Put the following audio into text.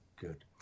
Good